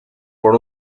por